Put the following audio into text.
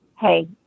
hey